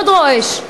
מאוד רועש.